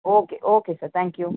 okay okay sir thank you